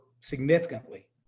significantly